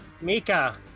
Mika